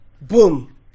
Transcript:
Boom